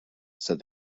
said